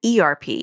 ERP